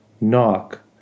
Knock